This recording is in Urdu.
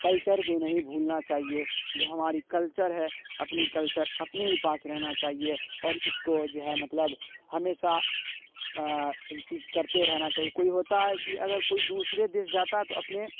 کلچر کو نہیں بھولنا چاہیے جو ہماری کلچر ہے اپنی کلچر اپنے ہی پاس رہنا چاہیے اور اس کو جو ہے مطلب ہمیشہ ریپیٹ کرتے رہنا چاہیے کوئی ہوتا ہے کہ اگر کوئی دوسرے دیش جاتا ہے تو اپنے